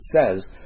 says